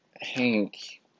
Hank